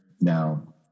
now